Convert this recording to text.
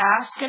ask